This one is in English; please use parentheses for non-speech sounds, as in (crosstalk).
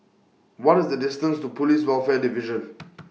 What IS The distance to Police Welfare Division (noise)